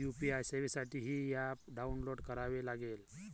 UPI सेवेसाठी हे app download करावे लागेल